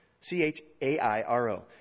C-H-A-I-R-O